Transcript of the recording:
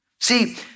See